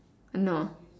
no